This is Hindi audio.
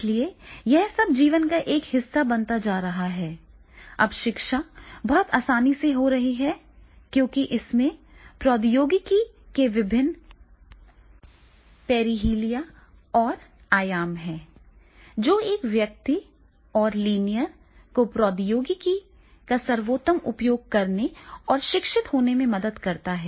इसलिए यह सब जीवन का एक हिस्सा बनता जा रहा है अब शिक्षा बहुत आसान हो रही है क्योंकि इनमें प्रौद्योगिकी के विभिन्न पेरिहेलिया और आयाम हैं जो एक व्यक्ति और लीनियर को प्रौद्योगिकी का सर्वोत्तम उपयोग करने और शिक्षित होने में मदद करता है